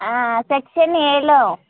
section ఏలో